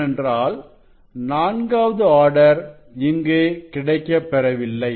ஏனென்றால் நான்காவது ஆர்டர் இங்கு கிடைக்கப்பெறவில்லை